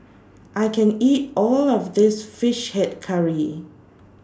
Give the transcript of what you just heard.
I can't eat All of This Fish Head Curry